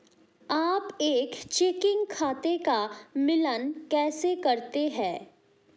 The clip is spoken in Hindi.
आप एक चेकिंग खाते का मिलान कैसे करते हैं?